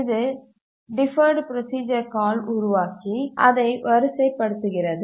இது deferred procedure call உருவாக்கி அதை வரிசைப்படுத்துகிறது